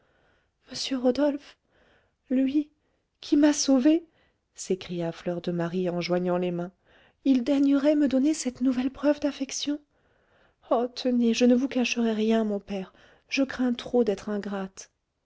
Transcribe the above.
m rodolphe lui qui m'a sauvée s'écria fleur de marie en joignant les mains il daignerait me donner cette nouvelle preuve d'affection oh tenez je ne vous cacherai rien mon père je crains trop d'être ingrate